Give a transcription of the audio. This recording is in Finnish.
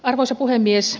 arvoisa puhemies